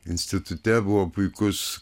institute buvo puikus